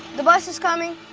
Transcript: the bus is coming.